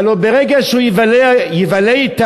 הלוא ברגע שהוא יבלה אתה,